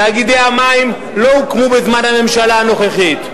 תאגידי המים לא הוקמו בזמן הממשלה הנוכחית.